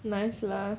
nice lah